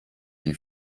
die